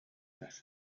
эрэр